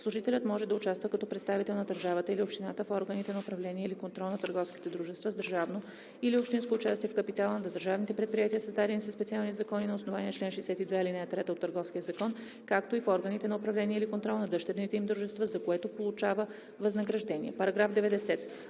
„Служителят може да участва като представител на държавата или общината в органите на управление или контрол на търговските дружества с държавно или общинско участие в капитала, на държавните предприятия, създадени със специални закони на основание чл. 62, ал. 3 от Търговския закон, както и в органите на управление или контрол на дъщерните им дружества, за което получава възнаграждение.“ § 90.